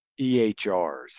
EHRs